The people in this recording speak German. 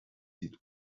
sieht